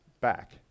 back